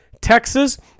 Texas